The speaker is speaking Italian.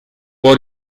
può